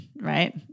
right